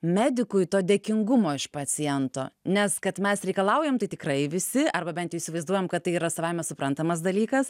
medikui to dėkingumo iš paciento nes kad mes reikalaujam tai tikrai visi arba bent jau įsivaizduojam kad tai yra savaime suprantamas dalykas